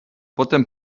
potem